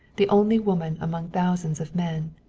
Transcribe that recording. the only woman among thousands of men.